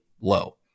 low